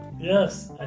Yes